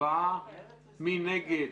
מי נגד?